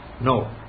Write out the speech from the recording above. No